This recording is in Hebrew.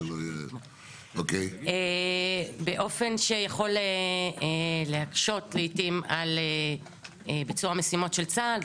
שלא ----- באופן שיכול להקשות לעיתים על ביצוע המשימות של צה"ל,